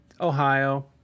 Ohio